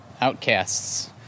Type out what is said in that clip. outcasts